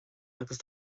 agus